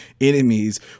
enemies